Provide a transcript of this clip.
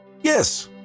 yes